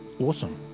awesome